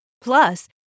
Plus